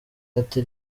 ati